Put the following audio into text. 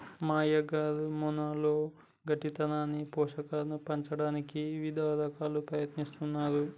మా అయ్యగారు మన్నులోపల గట్టితనాన్ని పోషకాలను పంచటానికి ఇవిద రకాలుగా ప్రయత్నిస్తున్నారు